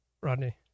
Rodney